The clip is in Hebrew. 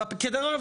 דרך אגב,